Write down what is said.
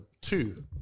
two